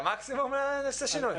מקסימום נעשה שינוי.